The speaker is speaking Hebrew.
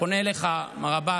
אני פונה אליך, מר עבאס,